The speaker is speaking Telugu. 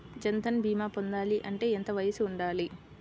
జన్ధన్ భీమా పొందాలి అంటే ఎంత వయసు ఉండాలి?